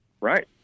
Right